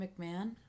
McMahon